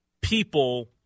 people